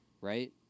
right